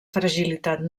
fragilitat